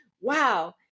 wow